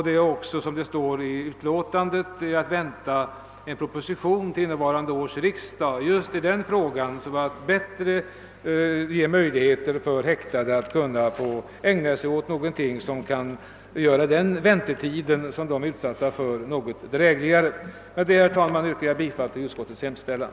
Det är också, såsom framgår av utlåtandet, att vänta en proposition till innevarande års riksdag med förslag om att ge häktade bättre möjligheter att få ägna sig åt någonting som kan göra väntetiden för dem något drägligare. Med det anförda ber jag att få yrka bifall till utskottets hemställan.